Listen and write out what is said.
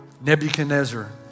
Nebuchadnezzar